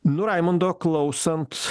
nu raimundo klausant